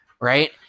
Right